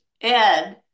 ed